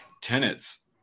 tenets